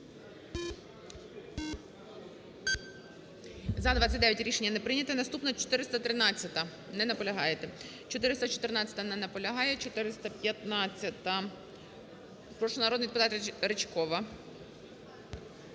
За-29 Рішення не прийнято. Наступна – 413-а. Не наполягаєте. 414-а. Не наполягає. 415-а. Прошу, народний депутатРичкова.